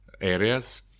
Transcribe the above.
areas